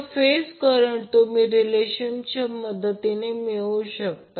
तर phase current तुम्ही या रिलेशनशिपच्या मदतीने मिळवु शकता